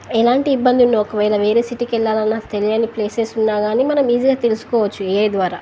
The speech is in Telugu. ఎలాంటి ఇబ్బంది ఉన్న ఒకవేళ వేరే సిటీకి వెళ్ళాలన్నా తెలియని ప్లేసెస్ ఉన్నా కాని మనం ఈజీగా తెలుసుకోవచ్చు ఏ ద్వారా